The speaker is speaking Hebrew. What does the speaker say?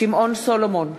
שמעון סולומון,